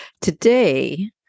today